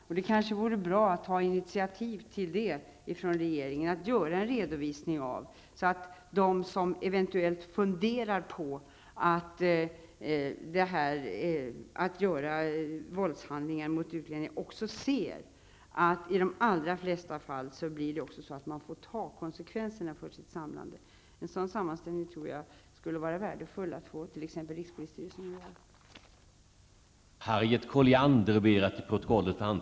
Det vore kanske bra om regeringen tog initativ till en redovisning så att de som eventuellt funderar på att begå våldshandlingar mot utlänningar ser att man i de allra flesta fall får ta konsekvenserna av sitt handlande. Det vore värdefullt om t.ex. rikspolisstyrelsen gjorde en sådan sammanställning.